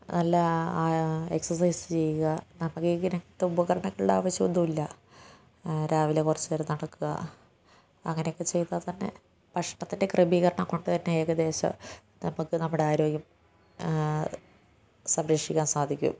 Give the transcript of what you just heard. നല്ല എക്സർസൈസ് ചെയ്യുക നമുക്കിങ്ങനെ ഉപകരണങ്ങളുടെ ആവശ്യമൊന്നുമില്ല രാവിലെ കുറച്ചുനേരം നടക്കുക അങ്ങനെയൊക്കെ ചെയ്യുമ്പോൾത്തന്നെ ഭക്ഷണത്തിൻ്റെ ക്രമീകരണം കൊണ്ട് തന്നെ ഏകദേശം നമുക്ക് നമ്മുടെ ആരോഗ്യം സംരക്ഷിക്കാൻ സാധിക്കും